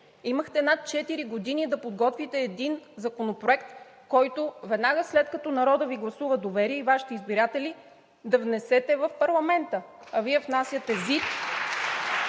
Имахте над четири години да подготвите един законопроект, който веднага след като народът Ви гласува доверие и Вашите избиратели да внесете в парламента (ръкопляскания